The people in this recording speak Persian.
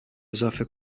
اضافه